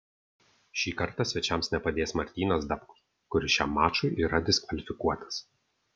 šį kartą svečiams nepadės martynas dapkus kuris šiam mačui yra diskvalifikuotas